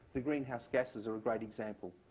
the greenhouse gases are a great example,